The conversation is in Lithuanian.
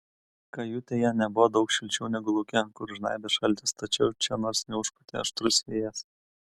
kajutėje nebuvo daug šilčiau negu lauke kur žnaibė šaltis tačiau čia nors neužpūtė aštrus vėjas